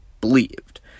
believed